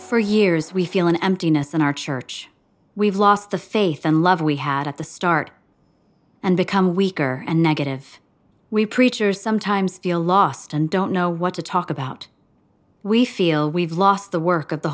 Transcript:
for years we feel an emptiness in our church we've lost the faith and love we had at the start and become weaker and negative we preachers sometimes feel lost and don't know what to talk about we feel we've lost the work of the